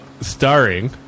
Starring